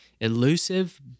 elusive